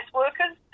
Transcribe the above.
workers